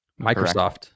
Microsoft